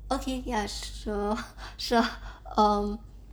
okay ya sure sure err